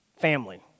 Family